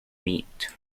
meat